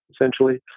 essentially